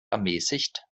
ermäßigt